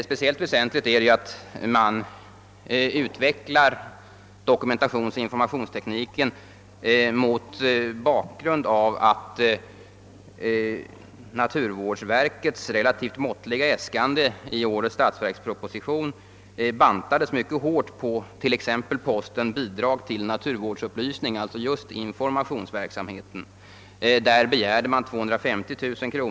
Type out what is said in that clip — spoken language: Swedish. Speciellt väsentligt är det att nu trycka på dokumentationsoch informationstekniken mot bakgrunden av att naturvårdsverkets relativt måttliga äskande i årets statsverksproposition prutades mycket hårt på t.ex. posten Bidrag till naturvårdsupplysning, d.v.s. just informationsverksamhet. Man begärde för detta ändamål en anslagshöjning med 250000 kr.